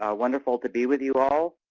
ah wonderful to be with you all.